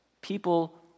people